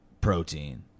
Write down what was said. Protein